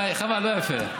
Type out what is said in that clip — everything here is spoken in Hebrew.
די, חבל, לא יפה.